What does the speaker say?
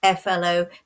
flo